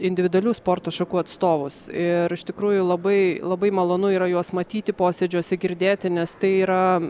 individualių sporto šakų atstovus ir iš tikrųjų labai labai malonu yra juos matyti posėdžiuose girdėti nes tai yra